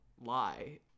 lie